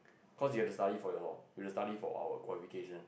cause you have to study for your study for our qualification